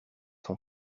son